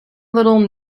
little